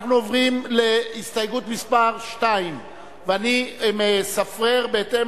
אנחנו עוברים להסתייגות מס' 2 ואני מספרר בהתאם